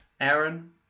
Aaron